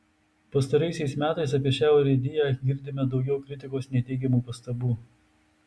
pastaraisiais metais apie šią urėdiją girdime daugiau kritikos nei teigiamų pastabų